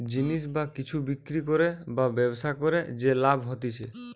জিনিস বা কিছু বিক্রি করে বা ব্যবসা করে যে লাভ হতিছে